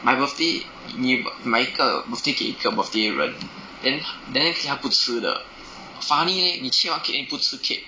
买 birthday 你也买一个 birthday cake 一个 birthday 人 then then 哪里可以他不吃的 funny leh 你切完 cake then 你不吃 cake